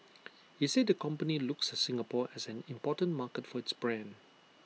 he said the company looks at Singapore as an important market for its brand